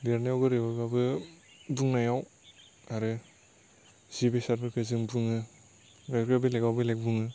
लिरनायाव गोरोबोबाबो बुंनायाव आरो जि बेसादफोरखौ जों बुङो बेयाव बेलेगआव बेलेग बुङो